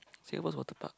Singapore's waterpark